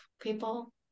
people